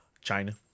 China